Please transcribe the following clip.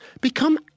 become